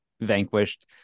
vanquished